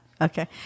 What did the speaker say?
Okay